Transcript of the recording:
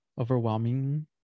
overwhelming